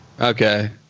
Okay